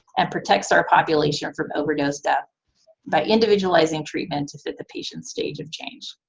and protects our population from overdose death by individualizing treatment to fit the patient's stage of change.